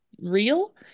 real